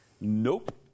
nope